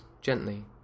gently